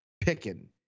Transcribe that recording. picking